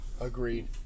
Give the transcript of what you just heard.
agreed